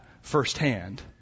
firsthand